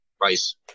price